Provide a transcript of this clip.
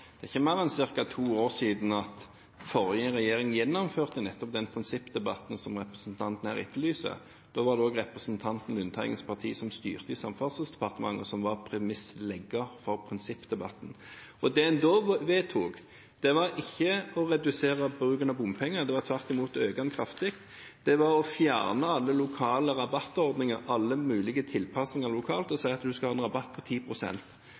det er ikke mer enn ca. to år siden forrige regjering gjennomførte nettopp den prinsippdebatten som representanten her etterlyser. Da var det også representanten Lundteigens parti som styrte i Samferdselsdepartementet, og som var premisslegger for prinsippdebatten. Det en da vedtok, var ikke å redusere bruken av bompenger. Det var tvert imot å øke den kraftig. Det var å fjerne alle lokale rabattordninger, alle mulige tilpassinger lokalt, og si at man skal ha en rabatt på